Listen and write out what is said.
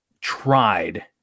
tried